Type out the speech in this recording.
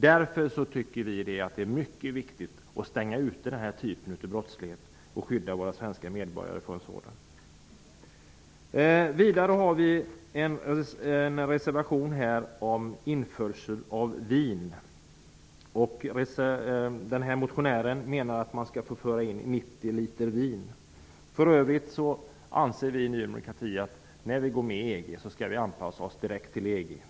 Därför tycker vi att det är mycket viktigt att stänga ute denna typ av brottslighet och att skydda våra svenska medborgare från den. Vi har vidare avgivit en reservation om införsel av vin. En motionär menar att man skall få föra in 90 liter vin vid inresa till Sverige. Vi anser i Ny demokrati att Sverige när det går in i EG skall anpassa sig direkt till EG:s bestämmelser.